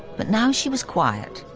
but now she was quiet.